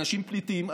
אנשים פליטים,